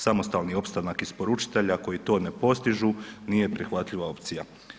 Samostalni opstanak isporučitelja koji to ne postižu nije prihvatljiva opcija.